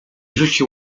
rzucił